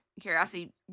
Curiosity